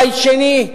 בית שני,